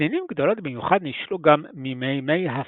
פנינים גדולות במיוחד נשלו גם ממימי הפיליפינים,